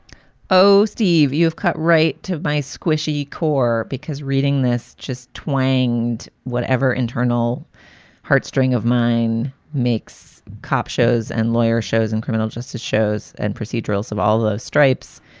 oh, steve. you have cut right to my squishy core because reading this just twanged, whatever internal heartstring of mine makes cop shows and lawyer shows in criminal justice shows and procedurals of all the stripes.